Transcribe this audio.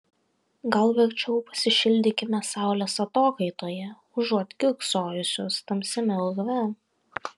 gal verčiau pasišildykime saulės atokaitoje užuot kiurksojusios tamsiame urve